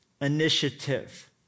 initiative